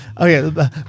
Okay